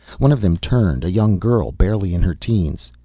one of them turned, a young girl, barely in her teens.